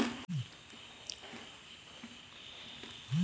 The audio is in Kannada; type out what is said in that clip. ಯಾವ ಫಾರ್ಮಿನಲ್ಲಿ ಅಕೌಂಟ್ ಓಪನ್ ಡೀಟೇಲ್ ಬರೆಯುವುದು?